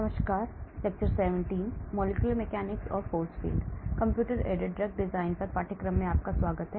नमस्कार computer aided drug design पर पाठ्यक्रम में आपका स्वागत है